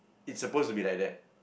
it's supposed to be like that